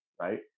right